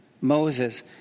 Moses